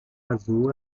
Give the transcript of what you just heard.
azul